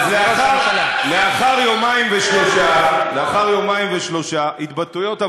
אז לאחר יומיים ושלושה, התבטאויות?